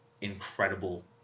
incredible